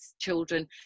children